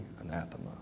anathema